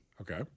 Okay